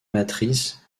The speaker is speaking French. matrice